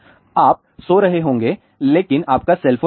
आप सो रहे होंगे लेकिन आपका सेल फोन नहीं है